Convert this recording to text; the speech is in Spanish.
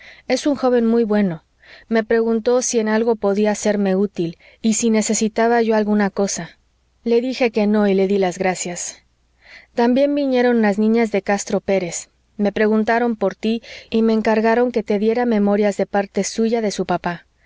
es un joven muy bueno me preguntó si en algo podía serme útil y si necesitaba yo alguna cosa le dije que no y le di las gracias también vinieron las niñas de castro pérez me preguntaron por tí y me encargaron que te diera memorias de parte suya de su papá